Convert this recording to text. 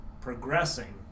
progressing